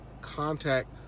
contact